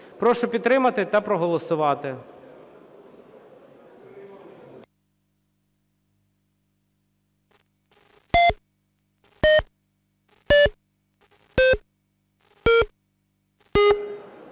Прошу підтримати та проголосувати.